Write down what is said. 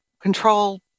Control